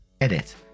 Edit